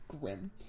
grim